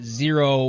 zero